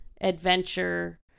adventure